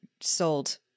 sold